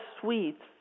sweets